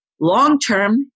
long-term